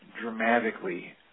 dramatically